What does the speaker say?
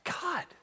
God